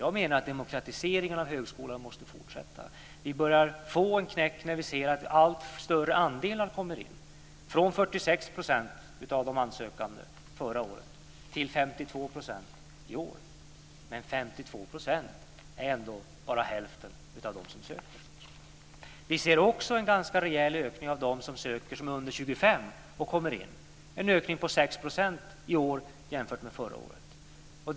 Jag menar att demokratiseringen av högskolan måste fortsätta. Från 46 % av de sökande förra året till 52 % i år. Men 52 % är ändå bara hälften av dem som söker. Det är en ökning på 6 % i år jämfört med förra året.